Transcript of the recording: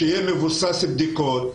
שיהיה מבוסס בדיקות.